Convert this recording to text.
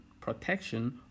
protection